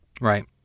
Right